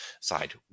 side